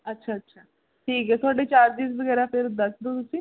ਅੱਛਾ ਅੱਛਾ ਠੀਕ ਹੈ ਤੁਹਾਡੇ ਚਾਰਜਸ ਵਗੈਰਾ ਫੇਰ ਦੱਸ ਦਿਉ ਤੁਸੀਂ